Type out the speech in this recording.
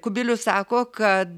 kubilius sako kad